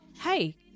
hey